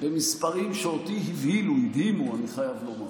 במספרים שאותי הבהילו, הדהימו, אני חייב לומר,